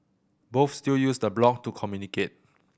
both still use the blog to communicate